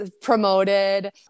promoted